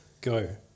go